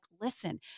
listen